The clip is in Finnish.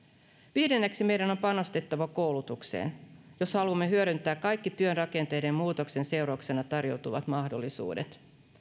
viidenneksi meidän on panostettava koulutukseen jos haluamme hyödyntää kaikki työn rakenteiden muutoksen seurauksena tarjoutuvat mahdollisuudet